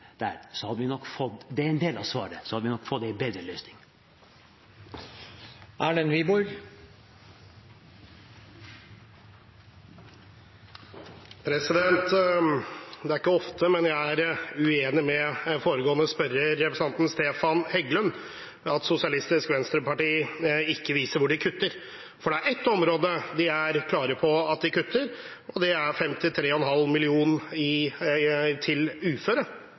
det er en del av svaret – hadde vi nok fått en bedre løsning. Det er ikke ofte, men jeg er uenig med foregående spørrer, representanten Stefan Heggelund, i at Sosialistisk Venstreparti ikke viser hvor de kutter, for på ett område er de klare på at de kutter, og det er 53,5 mill. kr til uføre. Det kutter Sosialistisk Venstrepartis i